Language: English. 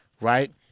right